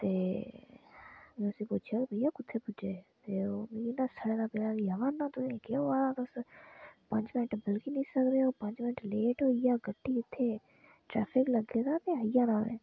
ते में उसी पुच्छेआ बेइया कुत्थै पुज्जे ओह् इन्ना सडे़ दा पेआ खलाई ओड़ना तुसें गी केह् होआ दा तुसेंगी पंज मिंट बलगी नेईं सकदे पंज मिंट लेट होई जाह्ग ते केह् होई जाना